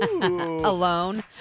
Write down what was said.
Alone